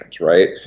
right